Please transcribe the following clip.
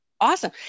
Awesome